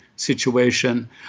situation